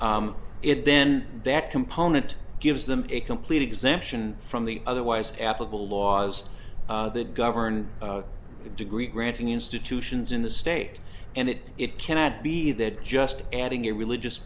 do it then that component gives them a complete exemption from the otherwise applicable laws that govern the degree granting institutions in the state and it it cannot be that just adding a religious